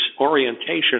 orientation